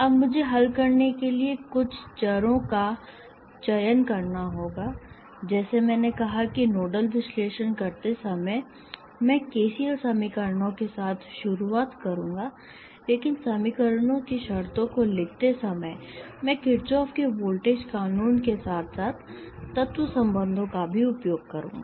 अब मुझे हल करने के लिए कुछ चरों का चयन करना होगा जैसे मैंने कहा कि नोडल विश्लेषण करते समय मैं केसीएल समीकरणों के साथ शुरुआत करूंगा लेकिन समीकरणों की शर्तों को लिखते समय मैं किरचॉफ के वोल्टेज कानून Kirchoffs voltage law के साथ साथ तत्व संबंधों का भी उपयोग करूंगा